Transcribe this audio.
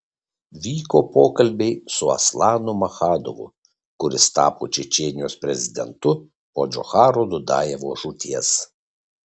vyko pokalbiai su aslanu maschadovu kuris tapo čečėnijos prezidentu po džocharo dudajevo žūties